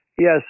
Yes